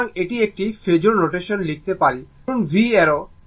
সুতরাং এটি একটি ফেজোর নোটেশনে লিখতে পারি ধরুন v অ্যারো